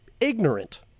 ignorant